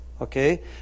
okay